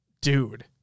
dude